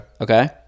okay